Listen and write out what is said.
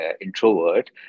introvert